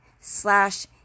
slash